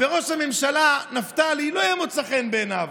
וראש הממשלה נפתלי, זה לא ימצא חן בעיניו,